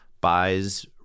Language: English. buys